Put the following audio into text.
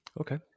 Okay